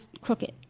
crooked